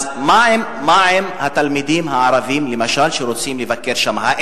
אז מה עם התלמידים הערבים שרוצים לבקר שם, למשל?